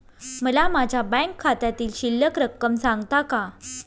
मला माझ्या बँक खात्यातील शिल्लक रक्कम सांगता का?